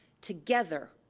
Together